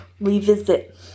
revisit